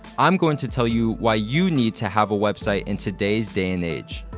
i'm going to tell you why you need to have a website in today's day and age.